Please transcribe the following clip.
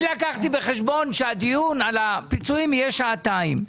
אני לקחתי בחשבון שהדיון על הפיצויים יהיה שעתיים.